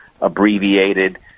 abbreviated